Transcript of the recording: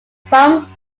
some